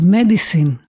Medicine